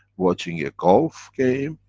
watching the golf game,